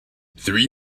three